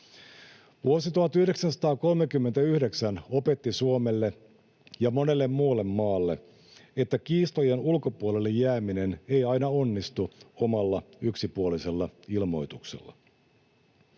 Vuosi 1939 opetti Suomelle ja monelle muulle maalle, että kiistojen ulkopuolelle jääminen ei aina onnistu omalla, yksipuolisella ilmoituksella.